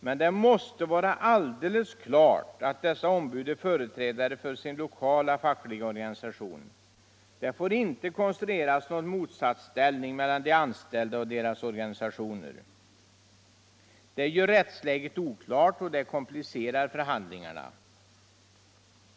Men det måste vara alldeles klart att dessa ombud är fö reträdare för sin lokala fackliga organisation. Det får inte konstrueras någon motsatsställning mellan de anställda och deras organisationer. Det gör rättsläget oklart och det komplicerar förhandlingarna.